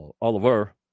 Oliver